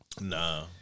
Nah